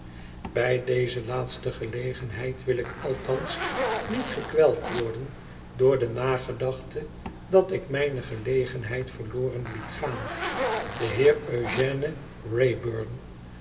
bij deze laatste gelegenheid wil ik althans niet gekweld worden door de nagedachte dat ik mijne gelegenheid verloren liet gaan de heer eugène